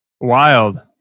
Wild